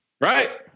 Right